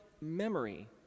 memory